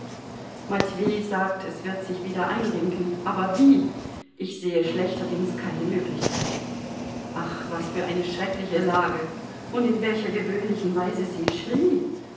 matwei sagt es wird sich wieder einrenken aber wie ich sehe schlechterdings keine möglichkeit ach was für eine schreckliche lage und in welcher gewöhnlichen weise sie schrie